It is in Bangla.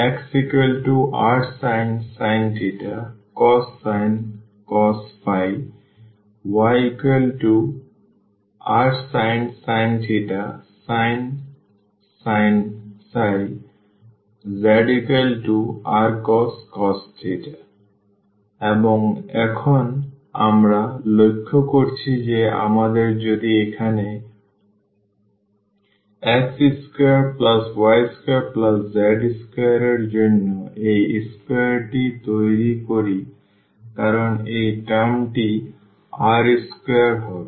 xrsin cos yrsin sin zrcos এবং এখন আমরা লক্ষ্য করছি যে আমরা যদি এখানে x2y2z2 এর জন্য এই square টি তৈরি করি কারণ এই টার্মটি r2 হবে